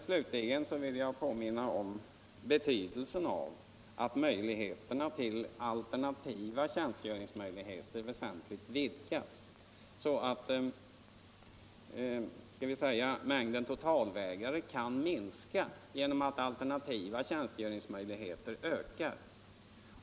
Slutligen vill jag påminna om betydelsen av att alternativa tjänstgöringsmöjligheter väsentligen ökas. Mängden totalvägrare skulle kunna minskas genom att alternativa tjänstgöringsmöjligheter ökar.